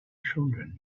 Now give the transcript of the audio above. children